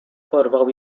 porwał